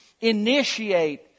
initiate